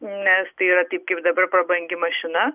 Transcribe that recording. nes tai yra taip kaip dabar prabangi mašina